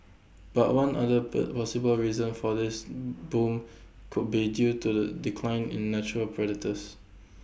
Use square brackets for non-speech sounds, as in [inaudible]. but one other bur possible reason for this [hesitation] boom could be due to the decline in natural predators